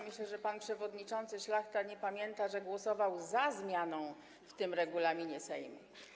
Myślę, że pan przewodniczący Szlachta nie pamięta, że głosował za zmianą w regulaminie Sejmu.